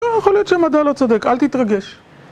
לא יכול להיות שמדע לא צודק, אל תתרגש.